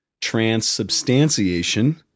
Transubstantiation